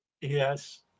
Yes